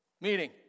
meeting